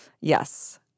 Yes